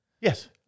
Yes